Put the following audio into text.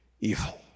evil